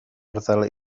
arddel